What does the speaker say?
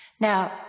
Now